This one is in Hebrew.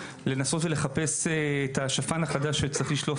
לנסות ולחפש את ״השפן החדש שצריך לשלוף